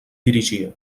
dirigia